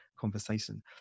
conversation